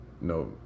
No